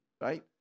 right